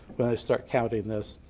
start counting this.